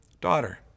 daughter